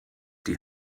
die